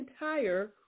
entire